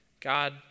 God